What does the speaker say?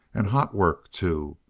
and hot work, too,